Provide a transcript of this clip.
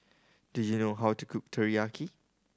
do you know how to cook Teriyaki